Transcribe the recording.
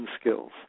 skills